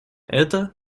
это